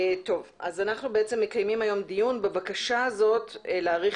אנחנו מקימים היום דיון בבקשה להאריך